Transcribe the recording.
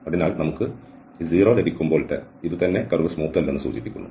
അതിനാൽ നമുക്ക് ഈ 0 ലഭിക്കുമ്പോൾ ഇത് തന്നെ കർവ് സ്മൂത്ത് അല്ലെന്ന് സൂചിപ്പിക്കുന്നു